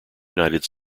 united